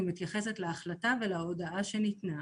אני מתייחסת להחלטה ולהודעה שניתנה.